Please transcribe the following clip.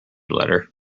letter